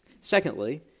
Secondly